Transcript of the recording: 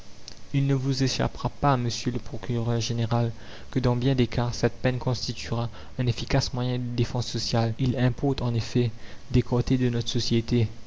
il ne vous échappera pas monsieur le procureur général que dans bien des cas cette peine constituera un efficace moyen de défense sociale il importe en effet d'écarter de notre société